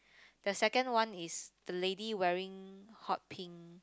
the second one is the lady wearing hot pink